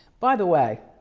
by the way,